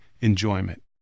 enjoyment